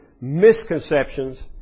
misconceptions